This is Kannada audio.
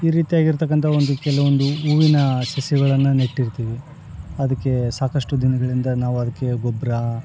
ಈ ರೀತಿಯಾಗಿರ್ತಕ್ಕಂಥ ಒಂದು ಕೆಲವೊಂದು ಹೂವಿನ ಸಸಿಗಳನ್ನ ನೆಟ್ಟಿರ್ತೀವಿ ಅದಕ್ಕೆ ಸಾಕಷ್ಟು ದಿನಗಳಿಂದ ನಾವು ಅದಕ್ಕೆ ಗೊಬ್ಬರ